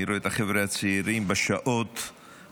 אני רואה את החבר'ה הצעירים בשעות הקטנות,